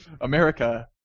America